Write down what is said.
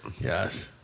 Yes